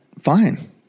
fine